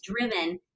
driven